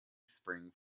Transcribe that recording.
spring